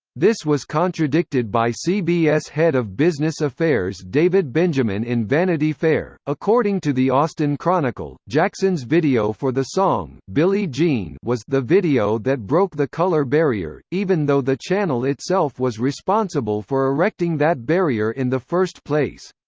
this was contradicted by cbs head of business affairs david benjamin in vanity fair according to the austin chronicle, jackson's video for the song billie jean was the video that broke the color barrier, even though the channel itself was responsible for erecting that barrier in the first place.